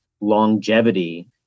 longevity